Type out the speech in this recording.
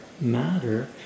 matter